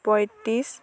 পঁয়ত্ৰিছ